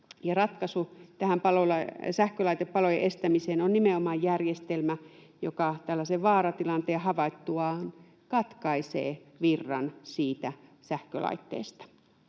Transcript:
Ratkaisu tähän sähkölaitepalojen estämiseen on nimenomaan järjestelmä, joka tällaisen vaaratilanteen havaittuaan katkaisee virran siitä sähkölaitteesta.